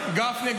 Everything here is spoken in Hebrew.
גפני,